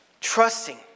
Trusting